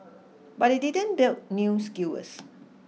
but they didn't build new skewers